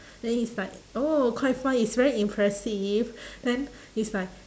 then is like oh quite fun is very impressive then is like